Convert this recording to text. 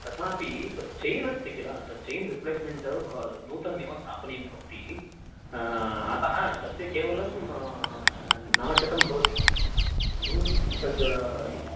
तथापि तत् चैन् अस्ति खिल तत् चैन् रिप्लेस्मेण्ट् नूतनमेव स्थापनीयं भवति अतः तस्य केवलं न नवशतं भवति तत्